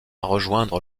rejoindre